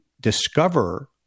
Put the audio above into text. discover